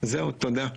זהו, תודה.